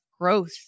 growth